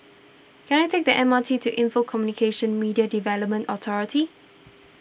can I take the M R T to Info Communications Media Development Authority